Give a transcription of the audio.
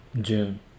June